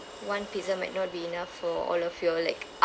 one pizza might not be enough for all of you all like